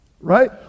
right